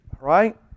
right